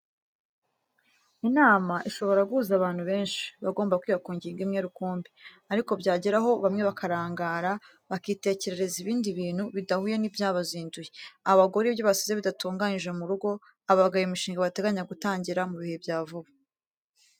Inama ishobora guhuza abantu benshi, bagomba kwiga ku ngingo imwe rukumbi, ariko byagera aho bamwe bakarangara bakitekerereza ibindi bintu bidahuye n'ibyabazinduye, abagore ibyo basize bidatunganyije mu rugo; abagabo imishinga bateganya gutangira mu bihe bya vuba.